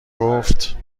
گفت